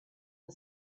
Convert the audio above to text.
the